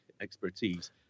expertise